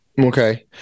Okay